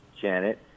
Janet